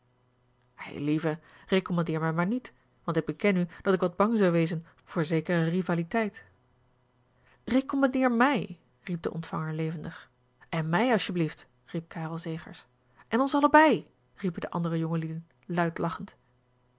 eilieve recommandeer mij maar niet want ik beken u dat ik wat bang zou wezen voor zekere rivaliteit recommandeer mij riep de ontvanger levendig en mij asjeblieft riep karel zegers a l g bosboom-toussaint langs een omweg en ons allebei riepen de andere jongelieden luid lachend